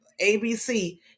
ABC